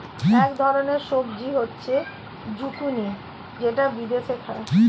এক ধরনের সবজি হচ্ছে জুকিনি যেটা বিদেশে খায়